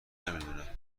نمیدونه